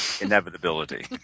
inevitability